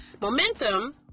momentum